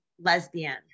lesbian